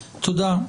תודה,